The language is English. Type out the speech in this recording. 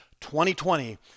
2020